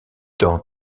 dents